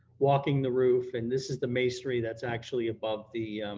walking the roof and this is the masonry that's actually above the